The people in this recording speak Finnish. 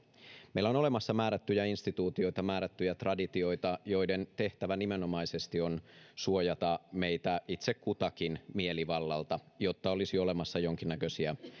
meillä on olemassa määrättyjä instituutioita määrättyjä traditioita joiden tehtävä nimenomaisesti on suojata meitä itse kutakin mielivallalta jotta olisi olemassa jonkinnäköisiä